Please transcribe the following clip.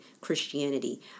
Christianity